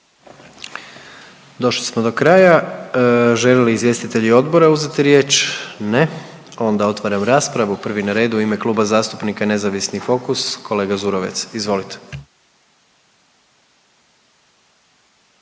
Došli smo do kraja. Žele li izvjestitelji odbora uzeti riječ? Ne. Onda otvaram raspravu. Prvi na redu u ime Kluba zastupnika nezavisni i Fokus, kolega Zurovec. Izvolite.